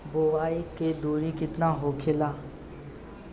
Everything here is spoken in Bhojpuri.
बुआई के दूरी केतना होखेला?